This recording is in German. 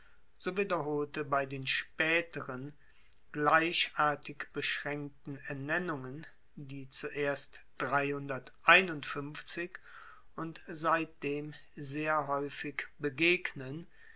so wiederholte bei den spaeteren gleichartig beschraenkten ernennungen die zuerst und seitdem sehr haeufig begegnen